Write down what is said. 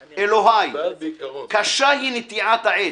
// אלוהיי, / קשה היא נטיעת העץ,